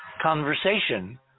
conversation